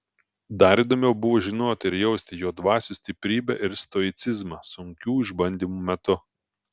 o dar įdomiau buvo žinoti ir jausti jo dvasios stiprybę ir stoicizmą sunkių išbandymų metu